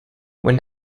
when